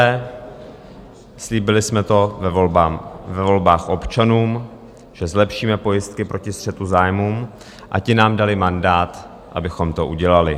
Za prvé, slíbili jsme to ve volbách občanům, že zlepšíme pojistky proti střetu zájmů, a ti nám dali mandát, abychom to udělali.